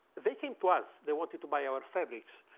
they came to us. they wanted to buy our fabrics.